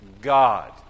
God